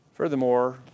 Furthermore